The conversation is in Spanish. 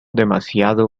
demasiado